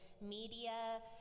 media